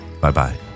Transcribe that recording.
Bye-bye